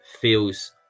feels